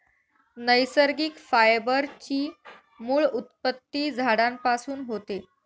नैसर्गिक फायबर ची मूळ उत्पत्ती झाडांपासून होते